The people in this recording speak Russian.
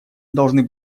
должны